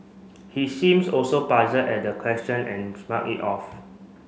he seems also puzzled at the question and shrugged it off